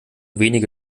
wenige